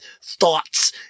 thoughts